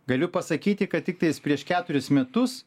galiu pasakyti kad tiktais prieš keturis metus